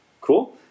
cool